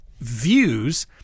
Views